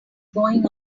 going